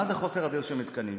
מה זה חוסר אדיר של מתקנים?